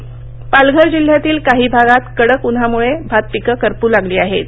पाऊसः पालघर जिल्ह्यातल्या काही भागात कडक ऊन्हामुळे भात पिकं करपू लागली आहेत